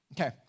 Okay